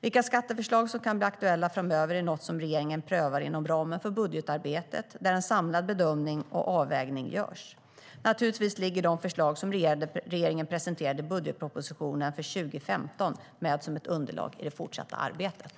Vilka skatteförslag som kan bli aktuella framöver är något som regeringen prövar inom ramen för budgetarbetet, där en samlad bedömning och avvägning görs. Naturligtvis ligger de förslag som regeringen presenterade i budgetpropositionen för 2015 med som ett underlag i det fortsatta arbetet.